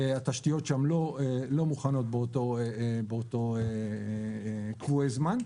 התשתיות לא מוכנות באותם קבועי זמן.